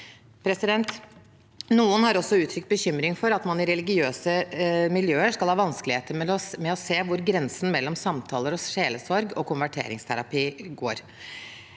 Noen har også uttrykt bekymring for at man i religiøse miljøer skal ha vanskeligheter med å se hvor grensen mellom samtaler og sjelesorg og konverteringsterapi går.